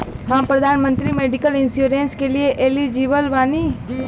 हम प्रधानमंत्री medical insurance के लिए एलिजिबल बानी?